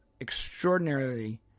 extraordinarily